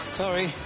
sorry